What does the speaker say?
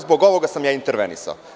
Zbog ovoga sam intervenisao.